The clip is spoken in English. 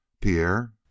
Pierre